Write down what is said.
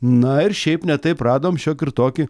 na ir šiaip ne taip radom šiokį ir tokį